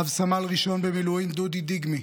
רב-סמל ראשון במילואים דודי דיגמי